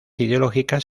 ideológicas